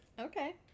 Okay